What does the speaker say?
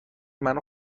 منو